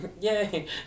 Yay